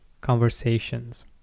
conversations